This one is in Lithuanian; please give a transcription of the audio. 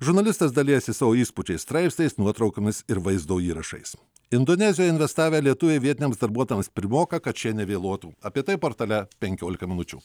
žurnalistas dalijasi savo įspūdžiais straipsniais nuotraukomis ir vaizdo įrašais indonezijoje investavę lietuviai vietiniams darbuotojams primoka kad šie nevėluotų apie tai portale penkiolika minučių